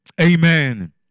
Amen